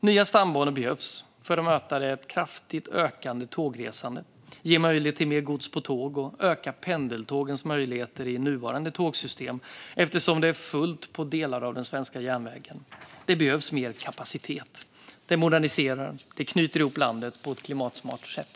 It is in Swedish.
Nya stambanor behövs för att möta det kraftigt ökande tågresandet, ge möjlighet till mer gods på tåg och öka pendeltågens möjlighet i nuvarande tågsystem, eftersom det är fullt på delar av den svenska järnvägen. Det behövs mer kapacitet. Det moderniserar och knyter ihop landet på ett klimatsmart sätt.